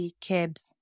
Cabs